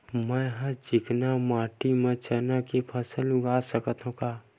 मै ह चिकना माटी म चना के फसल उगा सकथव का?